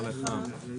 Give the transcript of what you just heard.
הישיבה נעולה.